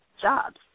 jobs